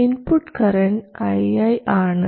input current ii ആണ്